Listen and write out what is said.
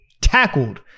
tackled